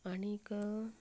आनीक